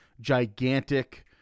gigantic